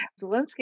Zelensky